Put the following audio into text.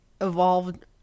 evolved